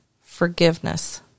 forgiveness